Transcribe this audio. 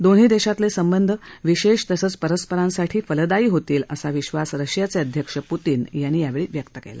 दोन्ही देशांतले संबंध विशेष तसंच परस्परांसाठी फलदायी होतील असा विश्वास रशियाचे अध्यक्ष पुतिन यांनी व्यक्त केला